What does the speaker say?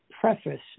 preface